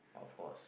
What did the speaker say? of course